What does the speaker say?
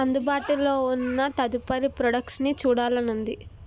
అందుబాటులో ఉన్న తదుపరి ప్రొడక్ట్స్ని చూడాలని ఉంది